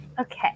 Okay